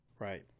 Right